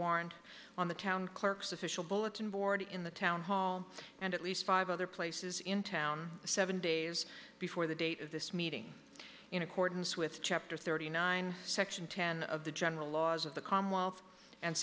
warrant on the town clerk's official bulletin board in the town hall and at least five other places in town seven days before the date of this meeting in accordance with chapter thirty nine section ten of the general laws of the commonwealth and